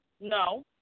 No